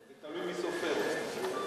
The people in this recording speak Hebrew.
זה תלוי מי סופר אותם.